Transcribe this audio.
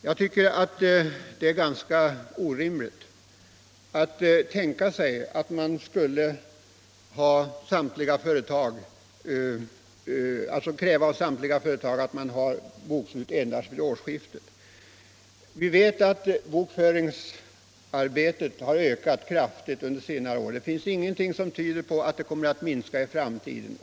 Jag tycker att det är ganska orimligt att tänka sig att man skall kräva av nytillkomna företag att göra bokslut endast vid årsskiftet. Vi vet att bokföringsarbetet ökat kraftigt under senare år. Det finns ingenting som tyder på att det kommer att minska i framtiden.